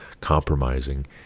compromising